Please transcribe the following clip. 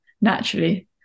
naturally